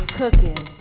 cooking